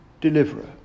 deliverer